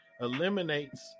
eliminates